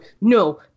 no